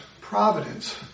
providence